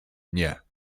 nie